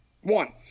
One